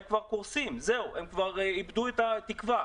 הם כבר קורסים, הם איבדו כבר את התקווה.